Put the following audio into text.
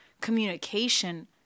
communication